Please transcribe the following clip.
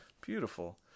Beautiful